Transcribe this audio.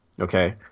okay